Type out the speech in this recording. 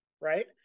right